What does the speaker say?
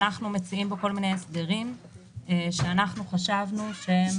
אנחנו מציעים פה כל מיני הסדרים שחשבנו שהם